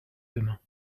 demain